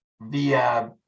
via